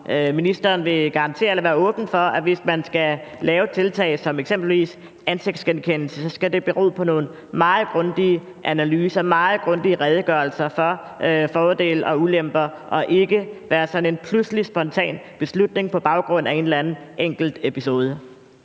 ministeren vil garantere eller være åben over for, at hvis man skal lave tiltag som eksempelvis ansigtsgenkendelse, så skal det bero på nogle meget grundige analyser, meget grundige redegørelser for fordele og ulemper og ikke være sådan en pludselig, spontan beslutning på baggrund af en eller anden enkelt episode.